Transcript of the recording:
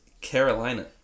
Carolina